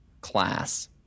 class